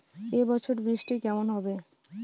এবছর বৃষ্টি কেমন হবে?